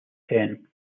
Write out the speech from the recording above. ten